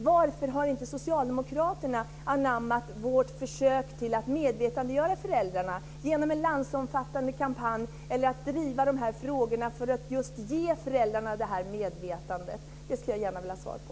Varför har inte socialdemokraterna anammat vårt försök att medvetandegöra föräldrarna genom en landsomfattande kampanj eller genom att driva de här frågorna för att ge föräldrarna det medvetandet? Det skulle jag gärna vilja ha svar på.